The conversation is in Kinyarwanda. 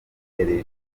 kuri